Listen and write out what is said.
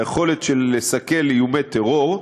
ביכולת לסכל איומי טרור,